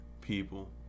people